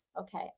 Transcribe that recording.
Okay